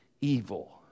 evil